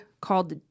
called